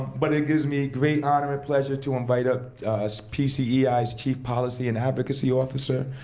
but it gives me great honor and pleasure to invite up pcei's chief policy and advocacy officer,